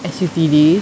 S_U_T_D